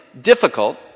difficult